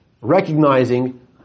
recognizing